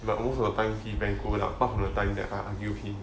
but most of the time he very good apart from the time I argue with him